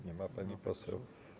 Nie ma pani poseł.